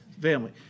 family